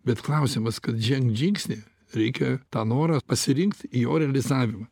bet klausimas kad žengti žingsnį reikia tą norą pasirinkt jo realizavimą